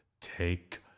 take